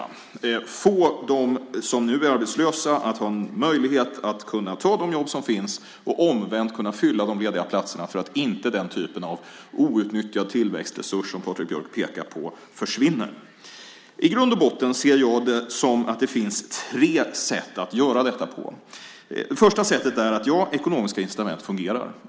Vi måste ge dem som nu är arbetslösa en möjlighet att ta de jobb som finns, och omvänt måste vi kunna fylla de lediga platserna så att den typ av outnyttjad tillväxtresurs som Patrik Björck pekar på försvinner. I grund och botten ser jag det som att det finns tre sätt att göra detta på. Det första sättet är ekonomiska incitament. De fungerar.